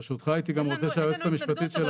ברשותך, הייתי גם רוצה שהיועצת המשפטית שלנו תעלה.